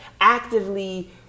actively